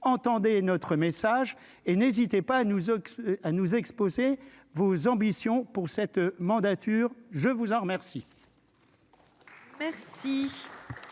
entendez notre message et n'hésitez pas à nous, on a nous exposer vos ambitions pour cette mandature, je vous en remercie.